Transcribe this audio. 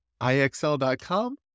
IXL.com